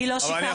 אני לא שיקרתי.